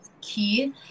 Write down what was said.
key